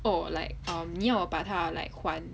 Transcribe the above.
oh like err mm 你要我把它 like 还